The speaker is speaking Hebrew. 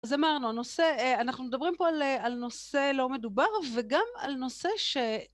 אז אמרנו, אנחנו מדברים פה על נושא לא מדובר וגם על נושא ש...